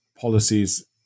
policies